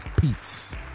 Peace